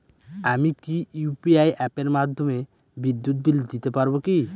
আমি কি ইউ.পি.আই অ্যাপের মাধ্যমে বিদ্যুৎ বিল দিতে পারবো কি?